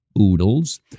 Oodles